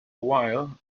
while